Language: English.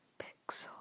pixel